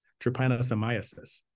trypanosomiasis